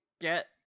get